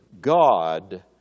God